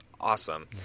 awesome